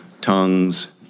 tongues